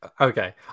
Okay